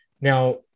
Now